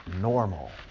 normal